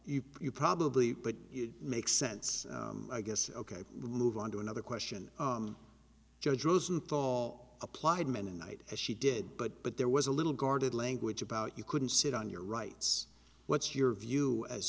nation you probably but it makes sense i guess ok move on to another question judge rosenthal applied mennonite as she did but but there was a little guarded language about you couldn't sit on your rights what's your view as